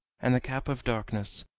and the cap of darkness,